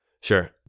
Sure